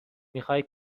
میخای